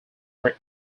were